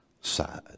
side